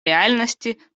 реальности